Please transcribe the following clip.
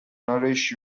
nourish